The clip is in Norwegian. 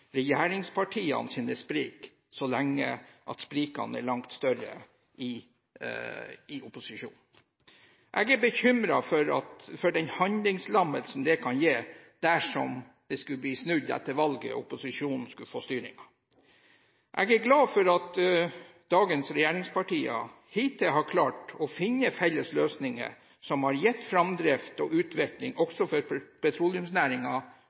sprik, så lenge sprikene er langt større i opposisjonen. Jeg er bekymret for den handlingslammelsen dette kan gi dersom det skulle snu etter valget og opposisjonen skulle få styringen. Jeg er glad for at dagens regjeringspartier hittil har klart å finne felles løsninger som har gitt framdrift og utvikling